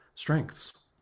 strengths